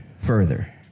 further